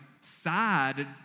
sad